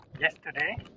yesterday